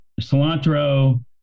cilantro